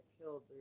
killed